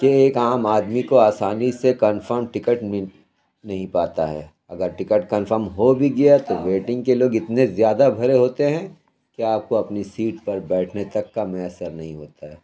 کہ ایک عام آدمی کو آسانی سے کنفرم ٹکٹ مل نہیں پاتا ہے اگر ٹکٹ کنفرم ہو بھی گیا تو ویٹنگ کے لوگ اتنے زیادہ بھرے ہوتے ہیں کہ آپ کو اپنی سیٹ پر بیٹھنے تک کا میسّر نہیں ہوتا ہے